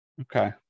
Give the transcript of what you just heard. Okay